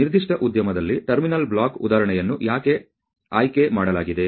ನಿರ್ದಿಷ್ಟ ಉದ್ಯಮದಲ್ಲಿ terminal block ಉದಾಹರಣೆಯನ್ನು ಏಕೆ ಆಯ್ಕೆ ಮಾಡಲಾಗಿದೆ